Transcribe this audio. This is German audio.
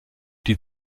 die